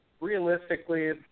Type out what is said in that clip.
Realistically